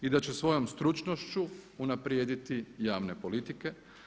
I da će svojom stručnošću unaprijediti javne politike.